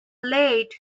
late